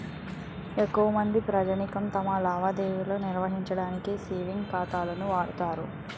ఎక్కువమంది ప్రజానీకం తమ లావాదేవీ నిర్వహించడానికి సేవింగ్ ఖాతాను వాడుతారు